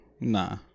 Nah